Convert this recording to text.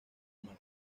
mar